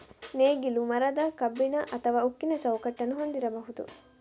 ನೇಗಿಲು ಮರದ, ಕಬ್ಬಿಣ ಅಥವಾ ಉಕ್ಕಿನ ಚೌಕಟ್ಟನ್ನು ಹೊಂದಿರಬಹುದು